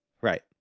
Right